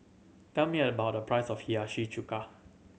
tell me a price of Hiyashi Chuka